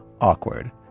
awkward